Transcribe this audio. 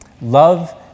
love